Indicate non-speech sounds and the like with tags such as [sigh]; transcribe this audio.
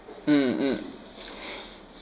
mm mm [breath]